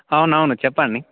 అవును అవును చెప్పండి